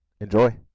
Enjoy